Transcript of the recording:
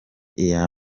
iya